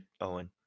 Owen